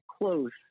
close